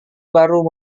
baru